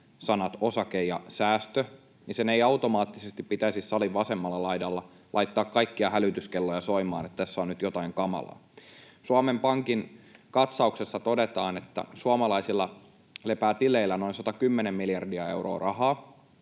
sanat ”osake” ja ”säästö”. Sen ei automaattisesti pitäisi salin vasemmalla laidalla laittaa kaikkia hälytyskelloja soimaan, että tässä on nyt jotain kamalaa. Suomen Pankin katsauksessa todetaan, että suomalaisilla lepää tileillään noin 110 miljardia euroa rahaa,